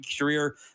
career